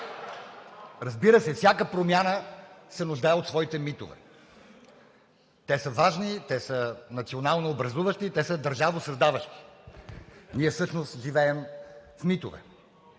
Разбира се, всяка промяна се нуждае от своите митове. Те са важни, те са националнообразуващи, те са държавосъздаващи. Ние всъщност живеем в митове.